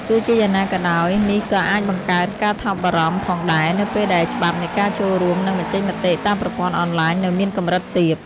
ទោះជាយ៉ាងណាក៏ដោយ នេះក៏អាចបង្កើតការថប់បារម្ភផងដែរ នៅពេលដែលច្បាប់នៃការចូលរួម និងបញ្ចេញមតិតាមប្រព័ន្ធអនឡាញនៅមានកម្រិតទាប។